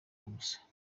gusa